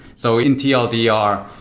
so in tldr,